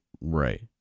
Right